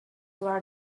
where